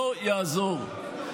לא יעזור.